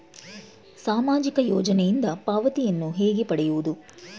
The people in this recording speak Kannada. ಸಾಮಾಜಿಕ ಯೋಜನೆಯಿಂದ ಪಾವತಿಯನ್ನು ಹೇಗೆ ಪಡೆಯುವುದು?